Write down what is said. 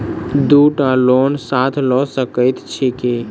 दु टा लोन साथ लऽ सकैत छी की?